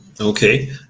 Okay